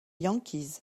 yankees